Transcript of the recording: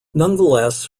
nonetheless